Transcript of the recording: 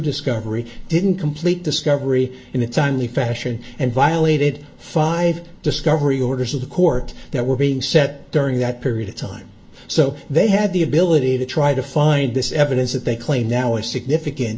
discovery didn't complete discovery in a timely fashion and violated five discovery orders of the court that were being set during that period of time so they had the ability to try to find this evidence that they claim now is significant